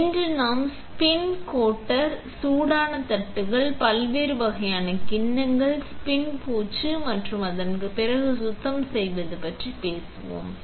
இன்று நாம் spin coater சூடான தட்டுகள் பல்வேறு வகையான கிண்ணங்கள் ஸ்பின் பூச்சு மற்றும் அதன் பிறகு சுத்தம் செய்வது பற்றி பேசுவோம்